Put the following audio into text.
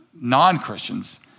non-Christians